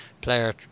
player